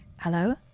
Hello